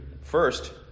First